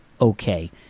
okay